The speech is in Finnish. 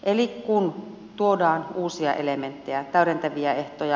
eli tuodaan uusia elementtejä täydentäviä ehtoja